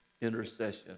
intercession